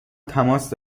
تماس